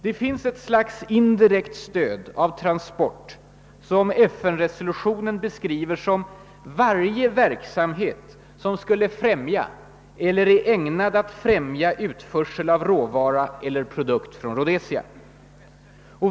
Det finns ett slags indirekt stöd av transport som FN-resolutionen beskriver som »varje verksamhet ——— som skulle främja eller är ägnad att främja utförsel av råvara eller produkt från Rhodesia».